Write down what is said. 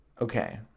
Okay